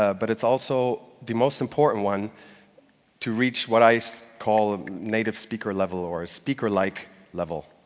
ah but it's also the most important one to reach what i so call a native-speaker level or a speaker-like level.